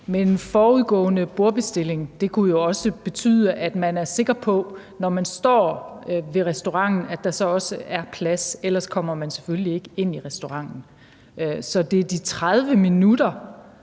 Men forudgående bordbestilling kunne jo også betyde, at man er sikker på, når man står ved restauranten, at der så også er plads, ellers kommer man selvfølgelig ikke ind i restauranten. Så det er de 30 minutter,